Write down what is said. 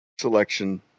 selection